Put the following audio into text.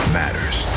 matters